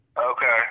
Okay